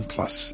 Plus